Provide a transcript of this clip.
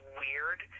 weird